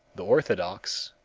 the orthodox,